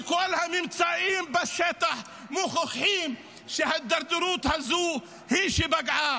וכל הממצאים בשטח מוכיחים שההידרדרות הזו היא שפגעה.